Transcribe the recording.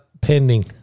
pending